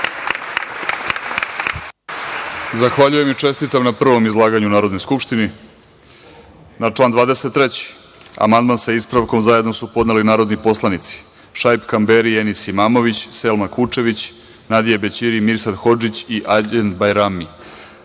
Zahvaljujem i čestitam na prvom izlaganju u Narodnoj skupštini. Na član 23. amandman sa ispravkom zajedno su podneli narodni poslanici Šaip Kamberi, Enis Imamović, Selma Kučević, Nadije Bećiri, Mirsad Hodžić i Arđend Bajrami. Reč